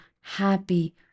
happy